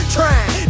Trying